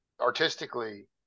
artistically